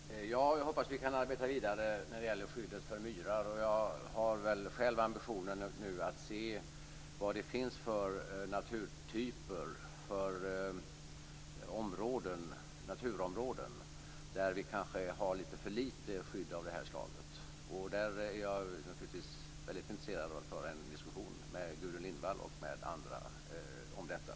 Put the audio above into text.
Fru talman! Jag hoppas att vi kan arbeta vidare när det gäller skyddet för myrar. Jag har själv ambitionen att se vad det finns för naturtyper och naturområden där vi kanske har för lite skydd av det här slaget. Jag är naturligtvis väldigt intresserad av att föra en diskussion med Gudrun Lindvall och med andra om detta.